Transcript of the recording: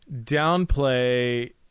downplay